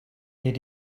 hid